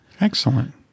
Excellent